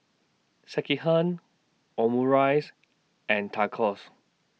Sekihan Omurice and Tacos